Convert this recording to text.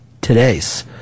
Today's